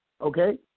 Okay